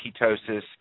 ketosis